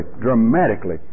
dramatically